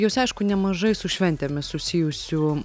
jūs aišku nemažai su šventėmis susijusių